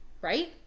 right